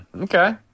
okay